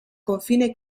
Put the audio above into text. confine